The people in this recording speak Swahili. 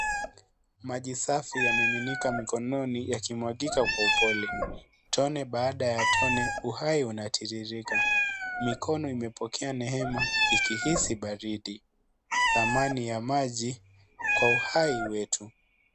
Maji safi yamiminika mkononi yakimwagika kwa upole. Tone baada ya tone, uhai unatiririka. Mikono imepokea neema ikihisi baridi. Thamani ya maji kwa uhai wetu.